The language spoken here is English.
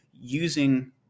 using